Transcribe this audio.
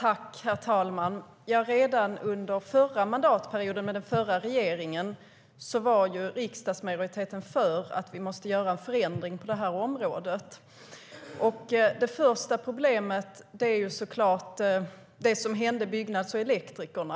Herr talman! Redan under förra mandatperioden med den förra regeringen var riksdagsmajoriteten för att vi måste göra en förändring på det här området. Det första problemet är såklart det som hände Byggnads och Elektrikerna.